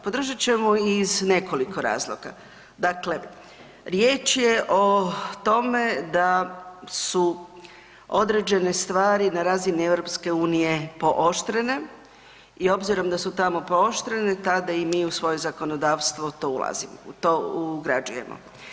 Podržat ćemo iz nekoliko razloga, dakle riječ je o tome da su određene stvari na razini EU pooštrene i obzirom da su tamo pooštrene tada i mi u svoje zakonodavstvo to ulazimo, to ugrađujemo.